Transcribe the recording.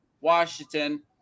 Washington